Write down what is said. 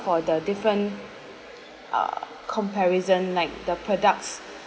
for the different uh comparison like the products